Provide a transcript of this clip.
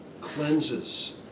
cleanses